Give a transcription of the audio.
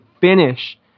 finish